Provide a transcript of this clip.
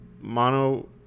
mono